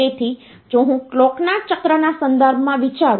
તેથી જો હું કલોકના ચક્રના સંદર્ભમાં વિચારું